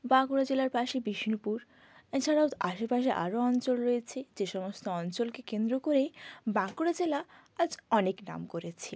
বাঁকুড়া জেলার পাশেই বিষ্ণুপুর এছাড়াও আশেপাশে আরও অঞ্চল রয়েছে যে সমস্ত অঞ্চলকে কেন্দ্র করেই বাঁকুড়া জেলা আজ অনেক নাম করেছে